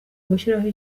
gushyiraho